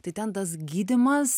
tai ten tas gydymas